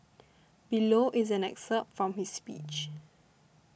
below is an excerpt from his speech